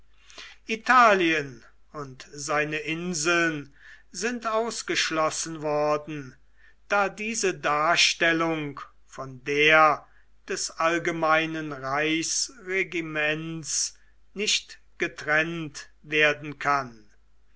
italien und seine inseln sind ausgeschlossen worden da diese darstellung von der des allgemeinen reichsregiments nicht getrennt werden kann